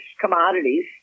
commodities